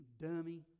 dummy